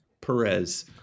Perez